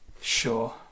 Sure